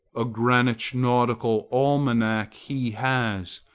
a greenwich nautical almanac he has,